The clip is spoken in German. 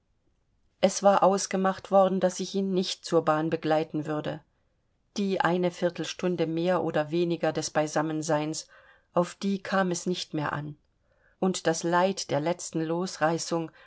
es war ausgemacht worden daß ich ihn nicht zur bahn begleiten würde die eine viertelstunde mehr oder weniger des beisammenseins auf die kam es nicht mehr an und das leid der letzten losreißung